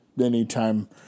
anytime